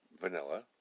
vanilla